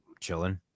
Chilling